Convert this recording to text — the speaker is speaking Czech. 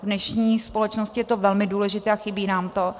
V dnešní společnosti je to velmi důležité a chybí nám to.